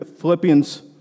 Philippians